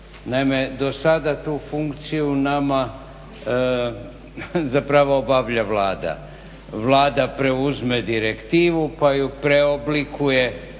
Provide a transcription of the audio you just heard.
Naime, do sada tu funkciju nama zapravo obavlja Vlada. Vlada preuzme direktivu pa ju preoblikuje